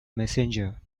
messenger